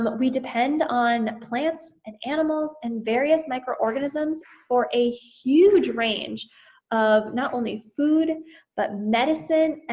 but we depend on plants, and animals, and various microorganisms for a huge range of not only food but medicine,